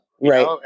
Right